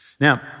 Now